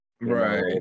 Right